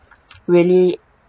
really